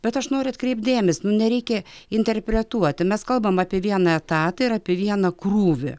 bet aš noriu atkreipt dėmesį nu nereikia interpretuoti mes kalbam apie vieną etatą ir apie vieną krūvį